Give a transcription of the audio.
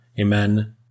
Amen